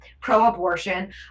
pro-abortion